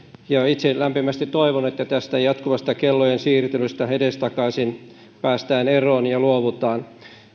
itse lämpimästi toivon että tästä jatkuvasta kellojen siirtelystä edestakaisin päästään eroon ja luovutaan